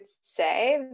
say